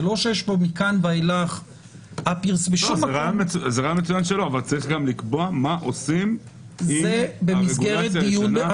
זה רעיון מצוין שלו אבל צריך גם לקבוע מה עושים עם הרגולציה הישנה.